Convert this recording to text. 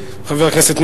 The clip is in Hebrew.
חבר הכנסת אברהם מיכאלי.